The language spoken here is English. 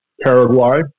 Paraguay